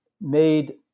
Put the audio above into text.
made